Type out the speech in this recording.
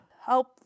help